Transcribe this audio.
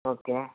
okay